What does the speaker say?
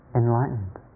enlightened